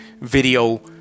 video